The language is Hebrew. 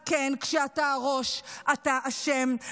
אז כן, כשאתה הראש אתה אשם.